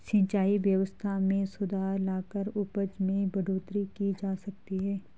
सिंचाई व्यवस्था में सुधार लाकर उपज में बढ़ोतरी की जा सकती है